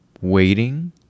waiting